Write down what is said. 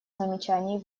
замечаний